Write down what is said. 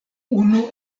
unu